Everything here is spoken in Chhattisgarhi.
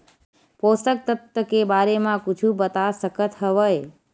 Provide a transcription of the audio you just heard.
पोषक तत्व के बारे मा कुछु बता सकत हवय?